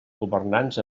governants